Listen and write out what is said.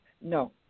No